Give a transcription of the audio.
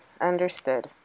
understood